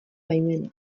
baimena